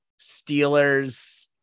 Steelers